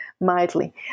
mildly